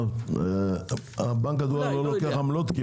אני חושב שבנק הדואר כמעט ולא לוקח עמלות.